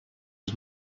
was